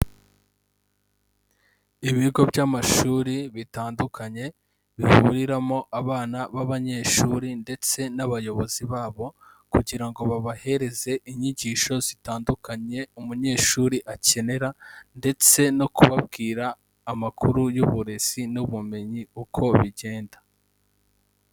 Ibigo by'amashuri bitandukanye bihuriramo abana b'abanyeshuri ndetse n'abayobozi babo kugira ngo babahereze inyigisho zitandukanye umunyeshuri akenera ndetse no kubabwira amakuru y'uburezi n'ubumenyi uko bigenda.